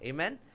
Amen